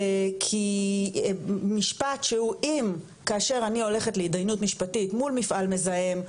כי משפט שהוא אם כאשר אני הולכת להתדיינות משפטית מול מפעל מזהם,